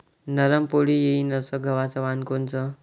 नरम पोळी येईन अस गवाचं वान कोनचं?